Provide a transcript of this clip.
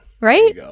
right